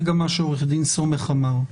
זה גם מה שעו"ד סומך אמר,